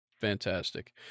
Fantastic